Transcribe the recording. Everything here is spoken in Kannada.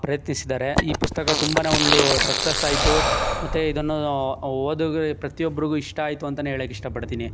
ಪ್ರಯತ್ನಿಸಿದ್ದಾರೆ ಈ ಪುಸ್ತಕ ತುಂಬನೇ ಒಂದೂ ಸಕ್ಸಸ್ ಆಯಿತು ಮತ್ತು ಇದನ್ನು ಓದುಗರು ಪ್ರತಿಯೊಬ್ರಿಗೂ ಇಷ್ಟ ಆಯಿತು ಅಂತಲೇ ಹೇಳೋಕೆ ಇಷ್ಟ ಪಡ್ತೀನಿ